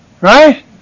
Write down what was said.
Right